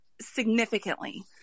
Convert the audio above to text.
significantly